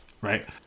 right